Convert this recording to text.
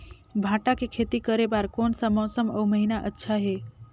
भांटा के खेती करे बार कोन सा मौसम अउ महीना अच्छा हे?